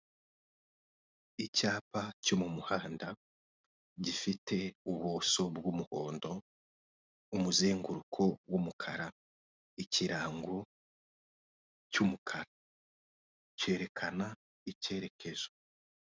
Icyapa cyo mu muhanda gifite ubuso bw'umuhondo, umuzenguruko w'umukara ikirango cy'umukara cyerekana icyerekezo.